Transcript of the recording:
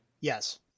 yes